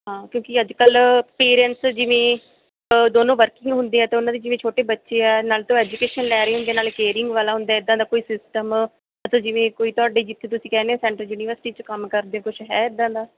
ਹਾਂ ਕਿਉਂਕਿ ਅੱਜ ਕੱਲ੍ਹ ਪੇਰੈਂਟਸ ਜਿਵੇ ਦੋਨੋਂ ਵਰਕਿੰਗ ਹੁੰਦੇ ਆ ਅਤੇ ਉਹਨਾਂ ਦੀ ਜਿਵੇਂ ਛੋਟੇ ਬੱਚੇ ਆ ਨਾਲੇ ਤਾਂ ਉਹ ਐਜੂਕੇਸ਼ਨ ਲੈ ਰਹੇ ਹੁੰਦੇ ਨਾਲੇ ਕੇਅਰਿੰਗ ਵਾਲਾ ਹੁੰਦਾ ਇੱਦਾਂ ਦਾ ਕੋਈ ਸਿਸਟਮ ਮਤਲਬ ਜਿਵੇਂ ਕੋਈ ਤੁਹਾਡੀ ਜਿੱਥੇ ਤੁਸੀਂ ਕਹਿੰਦੇ ਸੈਂਟਰ ਯੂਨੀਵਰਸਿਟੀ 'ਚ ਕੰਮ ਕਰਦੇ ਕੁਝ ਹੈ ਇੱਦਾਂ ਦਾ